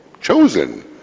chosen